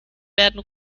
werden